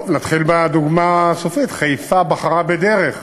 טוב, נתחיל בדוגמה הסופית: חיפה בחרה בדרך,